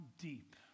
deep